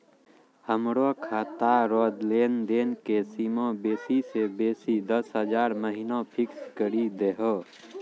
हमरो खाता रो लेनदेन के सीमा बेसी से बेसी दस हजार महिना फिक्स करि दहो